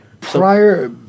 Prior